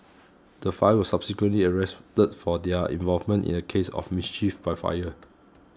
the five were subsequently arrested for their involvement in a case of mischief by fire